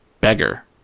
beggar